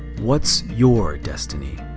what's your destiny?